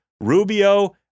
Rubio